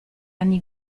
anni